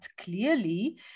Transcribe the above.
clearly